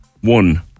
one